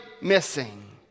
missing